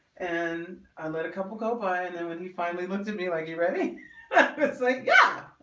and i let a couple go by and then when he finally looked at me like you ready it's like yeah